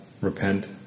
repent